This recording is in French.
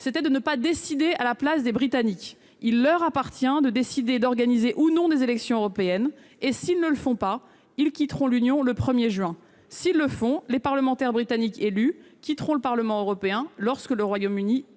était de ne pas décider à la place des Britanniques. Il leur appartient de choisir d'organiser ou non des élections européennes : s'ils ne le font pas, ils quitteront l'Union le 1 juin ; s'ils le font, les parlementaires britanniques élus quitteront le Parlement européen lorsque le Royaume-Uni sortira